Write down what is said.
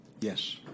Yes